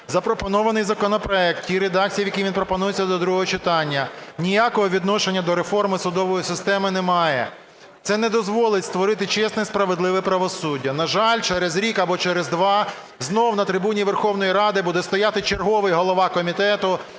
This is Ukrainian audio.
запропонований законопроект у тій редакції, в якій він пропонується до другого читання, ніякого відношення до реформи судової системи не має. Це не дозволить створити чесне і справедливе правосуддя. На жаль, через рік або через два знову на трибуні Верховної Ради буде стояти черговий голова Комітету